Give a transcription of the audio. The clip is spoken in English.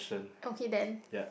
okay then